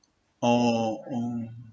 orh oh